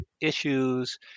issues